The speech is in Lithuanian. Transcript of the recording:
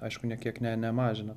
aišku nė kiek ne nemažina